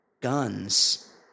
guns